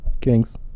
Kings